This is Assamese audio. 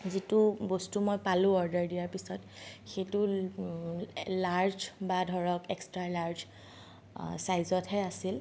যিটো বস্তু মই পালো অৰ্ডাৰ দিয়াৰ পিছত সেইটো লাৰ্জ বা ধৰক এক্সট্ৰা লাৰ্জ চাইজতহে আছিল